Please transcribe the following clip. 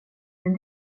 men